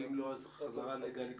ואם לא אז חזרה לגלי גרוס.